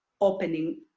opening